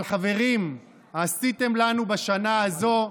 אבל חברים, עשיתם לנו בשנה הזו,